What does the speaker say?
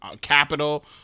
capital